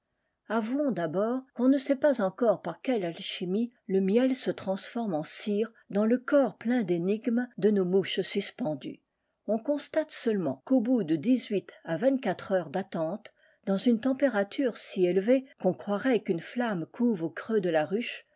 avouons d'abord qu'on ne sait pas encore par quelle alchimie le miel se transforme en cire dans le corps plein d'énigmes de nos mouches suspendues on constate seulement qu'au bout de dix-huit à vingt-quatre heures d'attente dans une température si élevée qu'on croirait qu'une flamme couve au creux de la ruche